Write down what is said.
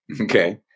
Okay